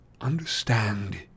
understand